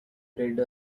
bread